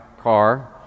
car